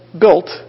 built